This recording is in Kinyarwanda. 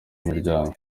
miryango